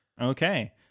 okay